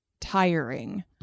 tiring